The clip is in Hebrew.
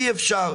אי אפשר,